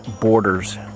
borders